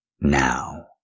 now